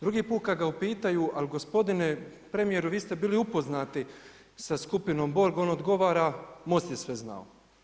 Drugi put kad ga upitaju, al gospodine premijeru, vi ste bili upoznati sa skupinom Borg, on odgovara: MOST je sve znao.